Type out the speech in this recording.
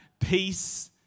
peace